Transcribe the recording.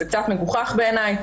זה קצת מוכרח בעיניי.